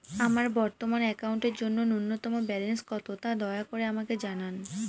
আমার বর্তমান অ্যাকাউন্টের জন্য ন্যূনতম ব্যালেন্স কত, তা দয়া করে আমাকে জানান